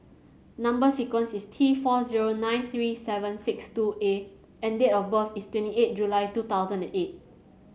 number sequence is T four zero nine three seven six two A and date of birth is twenty eight July two thousand and eight